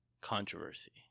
controversy